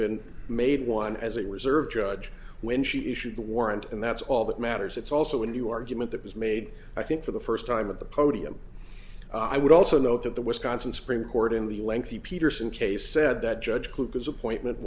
been made one as a reserve judge when she issued the warrant and that's all that matters it's also a new argument that was made i think for the first time at the podium i would also note that the wisconsin supreme court in the lengthy peterson case said that judge clucas appointment